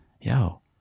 yo